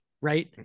Right